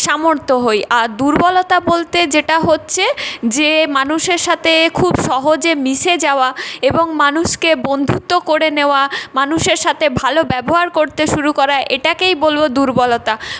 সামর্থ্য হই আর দুর্বলতা বলতে যেটা হচ্ছে যে মানুষের সাথে খুব সহজে মিশে যাওয়া এবং মানুষকে বন্ধুত্ব করে নেওয়া মানুষের সাথে ভালো ব্যবহার করতে শুরু করা এটাকেই বলবো দুর্বলতা